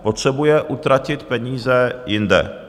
Potřebuje utratit peníze jinde.